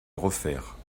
refaire